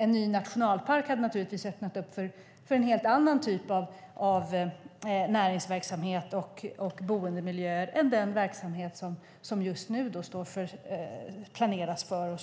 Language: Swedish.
En ny nationalpark hade naturligtvis öppnat för en helt annan typ av näringsverksamhet och boendemiljöer än den verksamhet som det just nu planeras för och